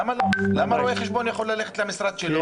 אז למה רואה חשבון כן יכול ללכת למשרד שלו אבל עורך דין לא?